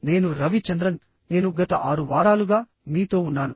నేను రవి చంద్రన్ నేను గత 6 వారాలుగా మీతో ఉన్నాను